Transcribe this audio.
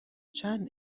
چند